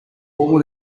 ball